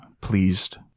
Pleased